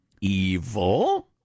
evil